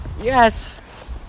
Yes